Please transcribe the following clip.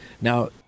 Now